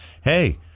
Hey